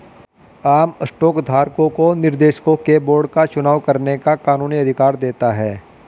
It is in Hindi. आम स्टॉक धारकों को निर्देशकों के बोर्ड का चुनाव करने का कानूनी अधिकार देता है